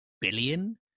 billion